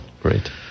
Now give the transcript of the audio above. Great